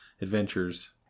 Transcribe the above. Adventures